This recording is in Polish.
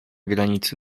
granicy